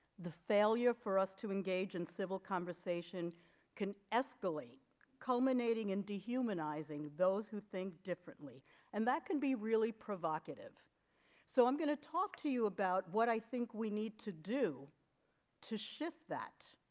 the failure for us to engage in civil conversation can escalate culminating in dehumanizing those who think differently and that can be really provocative so i'm going to talk to you about what i think we need to do to shift that